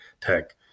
tech